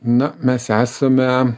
na mes esame